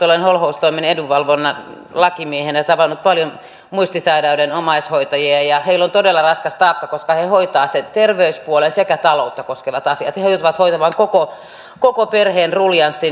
olen holhoustoimen edunvalvonnan lakimiehenä tavannut paljon muistisairaiden omaishoitajia ja heillä on todella raskas taakka koska he hoitavat sen terveyspuolen sekä taloutta koskevat asiat ja he joutuvat hoitamaan koko perheen ruljanssin